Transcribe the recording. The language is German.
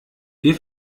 wir